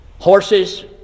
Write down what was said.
Horses